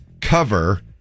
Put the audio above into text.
cover